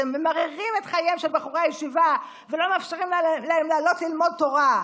אתם ממררים את חייהם של בחורי הישיבה ולא מאפשרים להם לעלות ללמוד תורה,